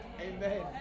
Amen